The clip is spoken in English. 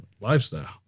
lifestyle